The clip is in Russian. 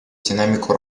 динамику